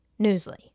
Newsly